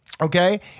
Okay